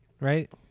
right